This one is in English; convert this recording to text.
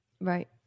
right